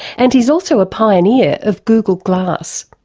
and he's also a pioneer of google glass.